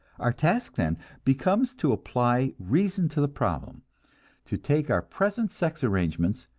our task then becomes to apply reason to the problem to take our present sex arrangements,